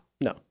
No